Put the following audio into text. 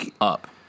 up